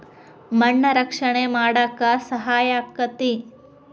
ಮಣ್ಣ ರಕ್ಷಣೆ ಮಾಡಾಕ ಸಹಾಯಕ್ಕತಿ